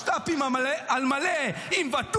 אתם משת"פים על מלא עם בן גביר,